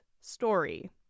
story